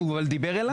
אבל הוא דיבר אליי.